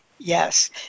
Yes